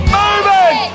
moving